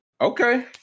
Okay